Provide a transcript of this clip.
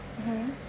mmhmm